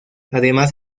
además